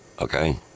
okay